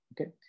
okay